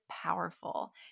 powerful